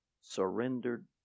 surrendered